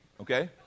okay